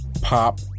Pop